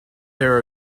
there